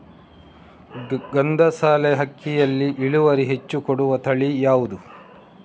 ಗಂಧಸಾಲೆ ಅಕ್ಕಿಯಲ್ಲಿ ಇಳುವರಿ ಹೆಚ್ಚು ಕೊಡುವ ತಳಿ ಯಾವುದು?